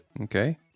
Okay